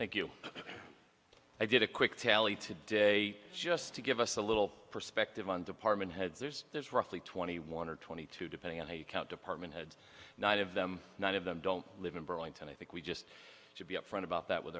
thank you i did a quick tally today just to give us a little perspective on department heads there's there's roughly twenty one or twenty two depending on how you count department heads nine of them nine of them don't live in burlington i think we just should be upfront about that with